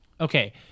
Okay